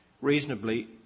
reasonably